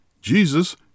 Jesus